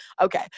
okay